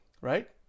right